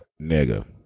nigga